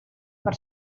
per